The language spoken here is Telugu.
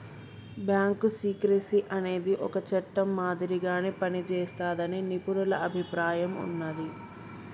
బ్యాంకు సీక్రెసీ అనేది ఒక చట్టం మాదిరిగా పనిజేస్తాదని నిపుణుల అభిప్రాయం ఉన్నాది